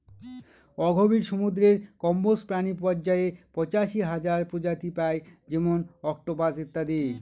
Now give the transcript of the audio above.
অগভীর সমুদ্রের কম্বজ প্রাণী পর্যায়ে পঁচাশি হাজার প্রজাতি পাই যেমন অক্টোপাস ইত্যাদি